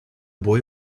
boy